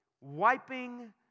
wiping